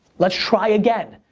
let's try again.